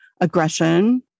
aggression